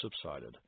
subsided